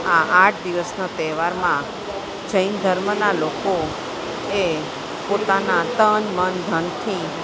આ આઠ દિવસના તહેવારમાં જૈન ધર્મના લોકો એ પોતાના તન મન ધનથી